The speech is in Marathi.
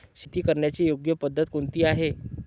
शेती करण्याची योग्य पद्धत कोणती आहे?